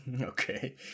Okay